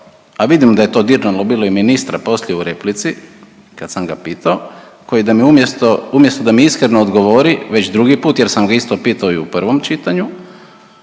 a vidim da je to dirnulo bilo i ministra poslije u replici kad sam ga pitao, koji umjesto da mi iskreno odgovori, već drugi put jel sam ga isto pitao i u prvom čitanju,